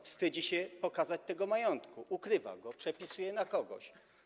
Wstydzi się pokazać ten majątek, ukrywa go, przepisuje na kogoś.